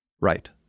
Right